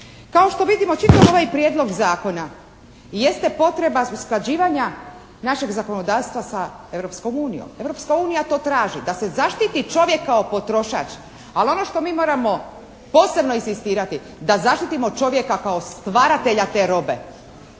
Kao što vidimo čitav ovaj prijedlog zakona jeste potreba usklađivanja našeg zakonodavstva sa Europskom unijom. Europska unija to traži, da se zaštiti čovjek kao potrošač, ali ono što mi moramo posebno inzistirati, da zaštitimo čovjeka kao stvaratelja te robe,